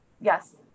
Yes